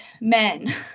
men